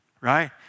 right